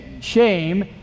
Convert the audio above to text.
shame